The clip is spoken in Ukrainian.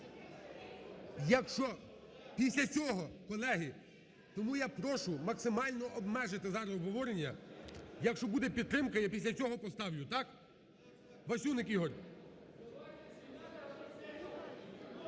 Якщо після цього, колеги. Тому я прошу максимально обмежити зараз обговорення, якщо буде підтримка, я після цього поставлю, так? Васюник Ігор.